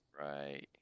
right